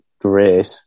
great